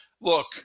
Look